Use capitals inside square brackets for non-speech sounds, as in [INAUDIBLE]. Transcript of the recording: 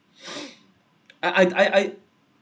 [BREATH] I I I I